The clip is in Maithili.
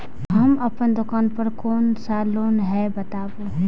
हम अपन दुकान पर कोन सा लोन हैं बताबू?